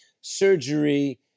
surgery